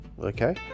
Okay